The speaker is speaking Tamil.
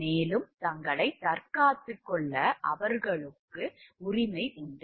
மேலும் தங்களைத் தற்காத்துக் கொள்ள அவர்களுக்கு உரிமை உண்டு